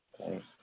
Okay